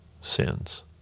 sins